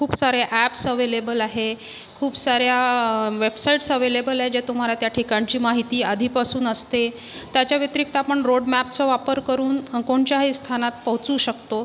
खूप सारे apps available आहे खूप साऱ्या वेबसाईट्स अवेलेबल आहेत ज्या तुम्हाला त्या ठिकाणची माहिती आधीपासून असते त्याच्या व्यतिरिक्त आपण रोड मॅपचा वापर करून कोणच्याही स्थानात पोहोचू शकतो